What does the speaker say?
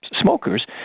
smokers